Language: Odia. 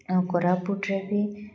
ଆଉ କୋରାପୁଟରେ ବି